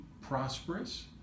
prosperous